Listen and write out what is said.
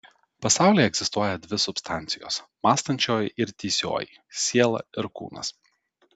pasaulyje egzistuoja dvi substancijos mąstančioji ir tįsioji siela ir kūnas